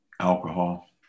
Alcohol